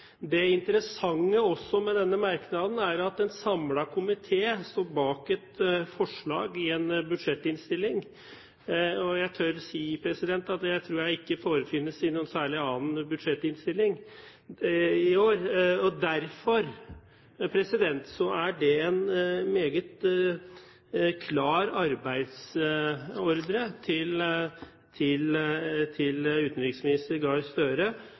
Det interessante også med denne merknaden er at en samlet komité står bak et forslag i en budsjettinnstilling, og jeg tør si at det tror jeg ikke forefinnes i noen særlig annen budsjettinnstilling i år. Derfor er det en meget klar arbeidsordre til utenriksminister Støre om å gjøre et betydelig press i forhold til